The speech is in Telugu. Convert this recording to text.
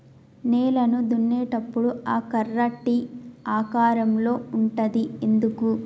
నేలను దున్నేటప్పుడు ఆ కర్ర టీ ఆకారం లో ఉంటది ఎందుకు?